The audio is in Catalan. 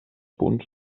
punts